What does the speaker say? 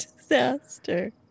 disaster